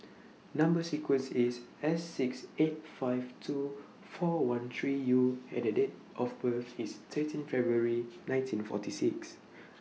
Number sequence IS S six eight five two four one three U and The Date of birth IS thirteen February nineteen forty six